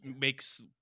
makes